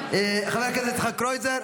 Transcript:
חבר הכנסת יצחק קרויזר,